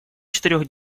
четырех